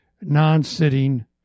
non-sitting